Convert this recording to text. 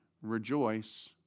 Rejoice